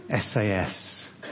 SAS